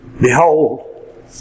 Behold